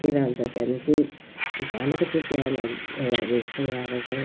तिनीहरूले त त्यहाँदेखि चाहिँ भनेको थियो त्यहाँ अब एउटा बेस पनि आएको छ